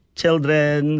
children